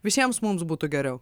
visiems mums būtų geriau